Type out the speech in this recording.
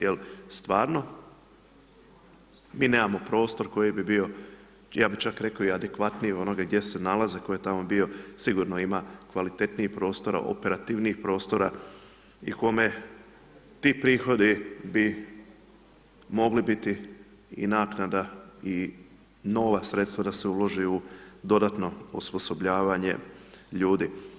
Jer stvarno, mi nemamo prostor koji bi bio ja bi čak rekao i adekvatnoga onoga gdje se nalaze tko je tamo bio, sigurno ima kvalitetnijih prostora, operativnijih prostora i kome ti prihodi bi mogli biti i naknada i nova sredstva da se uloži u dodatno osposobljavanje ljudi.